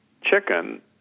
chicken